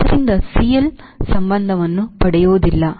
ಆದ್ದರಿಂದ CL ಸಂಬಂಧವನ್ನು ಪಡೆಯುವುದಿಲ್ಲ